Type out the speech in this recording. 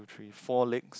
three four legs